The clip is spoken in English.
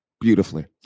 beautifully